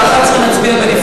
אבל על 11 נצביע בנפרד,